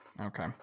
Okay